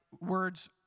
words